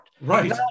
Right